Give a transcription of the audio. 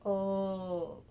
oh